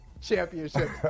championships